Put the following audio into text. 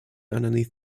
underneath